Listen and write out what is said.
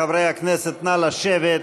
חברי הכנסת, נא לשבת.